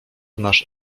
nasz